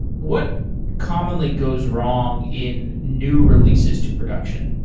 what commonly goes wrong in new releases to production?